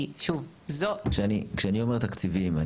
כשאני אומר תקציבים,